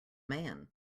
man